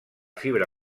fibra